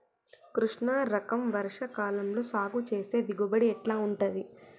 కృష్ణ రకం వర్ష కాలం లో సాగు చేస్తే దిగుబడి ఎట్లా ఉంటది?